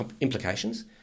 implications